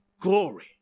glory